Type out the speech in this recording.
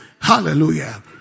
Hallelujah